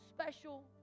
special